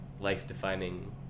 life-defining